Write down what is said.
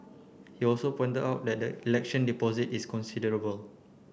he also pointed out that the election deposit is considerable